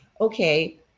okay